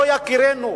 לא יכירנו.